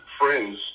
friends